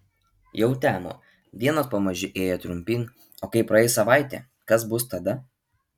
jau temo dienos pamaži ėjo trumpyn o kai praeis savaitė kas bus tada